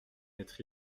être